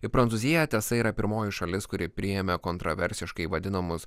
prancūzija tiesa yra pirmoji šalis kuri priėmė kontroversiškai vadinamus